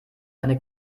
eine